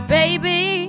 baby